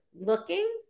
looking